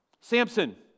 Samson